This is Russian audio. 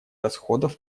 расходов